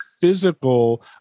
physical